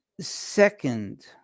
Second